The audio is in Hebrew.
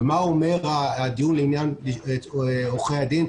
ומה אומר הדיון לעניין עורכי הדין?